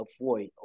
avoid